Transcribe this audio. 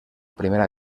primera